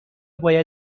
باید